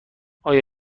آیا